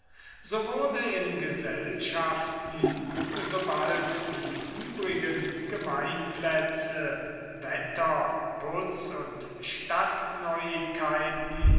hatten wurde in gesellschaften so bald die übrigen gemeinplätze wetter putz stadtneuigkeiten und